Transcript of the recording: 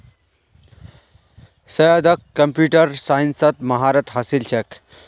सैयदक कंप्यूटर साइंसत महारत हासिल छेक